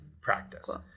practice